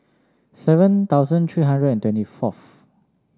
seven thousand three hundred and twenty fourth